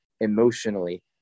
emotionally